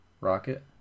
Rocket